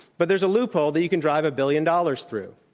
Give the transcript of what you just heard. but there's a loophole that you can drive a billion dollars through,